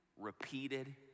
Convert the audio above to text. repeated